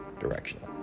directional